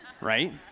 Right